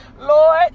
Lord